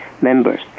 members